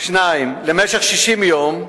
2. למשך 60 יום,